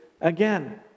again